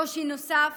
קושי נוסף